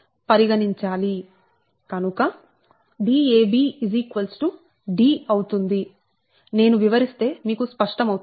కనుకDab D అవుతుంది నేను వివరిస్తే మీకు స్పష్టమౌతుంది